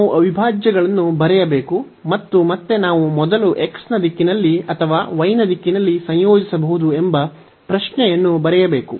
ನಾವು ಅವಿಭಾಜ್ಯಗಳನ್ನು ಬರೆಯಬೇಕು ಮತ್ತು ಮತ್ತೆ ನಾವು ಮೊದಲು x ನ ದಿಕ್ಕಿನಲ್ಲಿ ಅಥವಾ y ನ ದಿಕ್ಕಿನಲ್ಲಿ ಸಂಯೋಜಿಸಬಹುದು ಎಂಬ ಪ್ರಶ್ನೆಯನ್ನು ಬರೆಯಬೇಕು